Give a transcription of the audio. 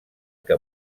que